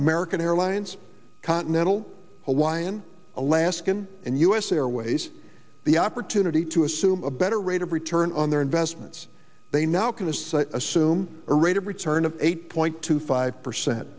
american airlines continental hawaiian alaskan and u s airways the opportunity to assume a better rate of return on their investments they now can is say assume a rate of return of eight point two five percent